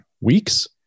weeks